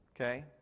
Okay